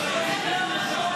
אני באמת לא מצליחה להבין,